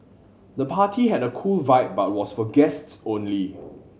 the party had a cool vibe but was for guests only